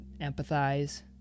empathize